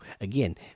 again